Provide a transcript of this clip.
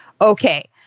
okay